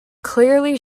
clearly